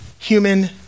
Human